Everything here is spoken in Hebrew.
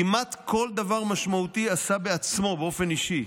כמעט כל דבר משמעותי עשה בעצמו, באופן אישי,